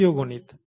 এটিও গণিত